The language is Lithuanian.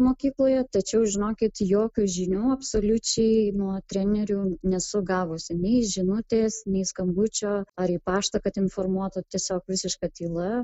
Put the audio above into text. mokykloje tačiau žinokit jokių žinių absoliučiai nuo trenerių nesu gavusi nei žinutės nei skambučio ar į paštą kad informuotų tiesiog visiška tyla